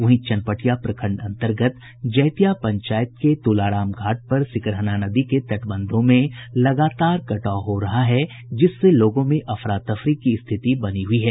वहीं चनपटिया प्रखंड अंतर्गत जैतिया पंचायत के तुलाराम घाट पर सिकरहना नदी के तटबंधों में लगातार कटाव हो रहा है जिससे लोगों में अफरा तफरी की स्थिति बनी हुई है